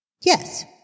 Yes